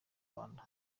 rwanda